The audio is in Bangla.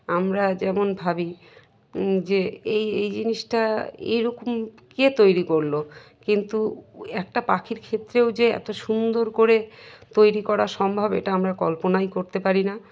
আমরা যেমন ভাবি যে এই এই জিনিসটা এইরকম কে তৈরি করলো কিন্তু একটা পাখির ক্ষেত্রেও যে এত সুন্দর করে তৈরি করা সম্ভব এটা আমরা কল্পনাই করতে পারি না